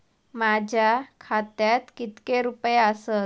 माझ्या खात्यात कितके रुपये आसत?